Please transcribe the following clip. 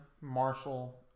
Marshall